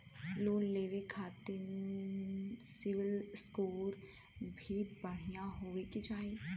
Loan लेवे के खातिन सिविल स्कोर भी बढ़िया होवें के चाही?